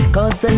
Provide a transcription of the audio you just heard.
Cause